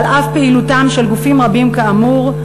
ועל אף פעילותם של גופים רבים כאמור,